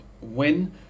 win